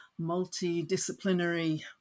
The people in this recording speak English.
multidisciplinary